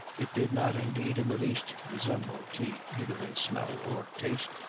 it did not indeed in the least resemble tea, either in smell or taste,